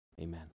amen